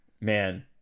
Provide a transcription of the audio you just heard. man